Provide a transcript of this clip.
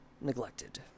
neglected